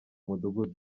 umudugudu